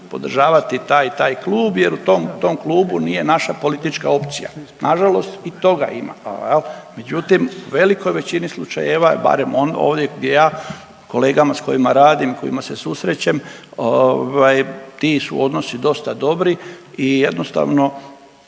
podržavati taj i taj klub jer u tom klubu nije naša politička opcija. Nažalost i toga ima, međutim u velikoj većini slučajeva, barem ovdje gdje ja kolegama s kojima radim s kojima se susrećem ti su odnosi dosta dobri i jednostavno